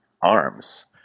arms